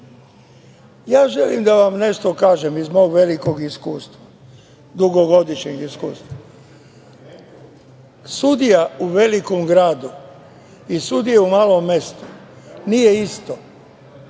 činili. Želim da vam nešto kažem, iz mog velikog iskustva, dugogodišnjeg iskustva. Sudija u velikom gradu i sudija u malom mestu nije isto.